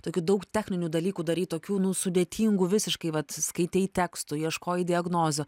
tokių daug techninių dalykų darei tokių nu sudėtingų visiškai vat skaitei tekstų ieškojai diagnozių